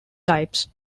types